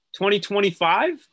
2025